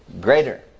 Greater